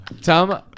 Tom